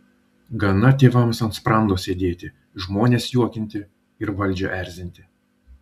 gana tėvams ant sprando sėdėti žmones juokinti ir valdžią erzinti